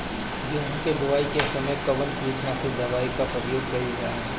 गेहूं के बोआई के समय कवन किटनाशक दवाई का प्रयोग कइल जा ला?